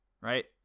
Right